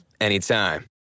anytime